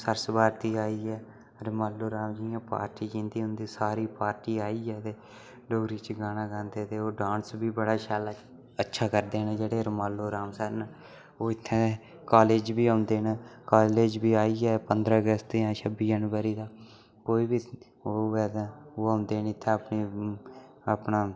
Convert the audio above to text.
सरस भारती आई गे रमालो राम जियां पार्टी जंदी उंदी सारी पार्टी आइयै ते डोगरी च गाना गांदे ते ओह् डांस बी बड़ा शैल अच्छा करदे न जेह्ड़े रोमालो राम सर न ओह् इत्थै कालेज बी औंदे न कालेज बी आइयै पंदरा अगस्त जां छब्बी जनबरी दा कोई बी ओह् होवे ते ओह् आंदे न इत्थै अपना